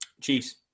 Chiefs